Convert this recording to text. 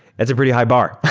that's a pretty high bar.